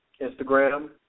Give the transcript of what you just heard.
Instagram